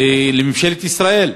ולממשלת ישראל: